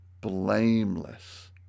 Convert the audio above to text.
Blameless